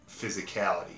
physicality